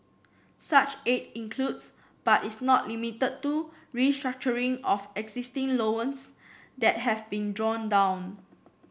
such aid includes but is not limited to restructuring of existing loans that have been drawn down